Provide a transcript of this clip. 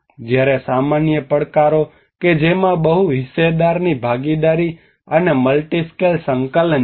જ્યારે સામાન્ય પડકારો કે જેમાં બહુ હિસ્સેદારની ભાગીદારી અને મલ્ટિ સ્કેલ સંકલન છે